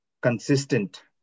consistent